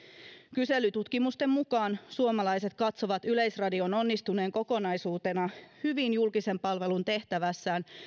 kyselytutkimusten mukaan suomalaiset katsovat yleisradion onnistuneen kokonaisuutena julkisen palvelun tehtävässään